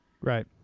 Right